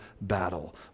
battle